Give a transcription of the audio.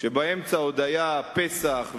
כשבאמצע עוד היו פסח,